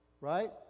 right